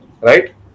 right